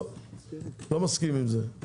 לא מסכים עם זה.